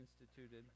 instituted